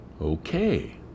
Okay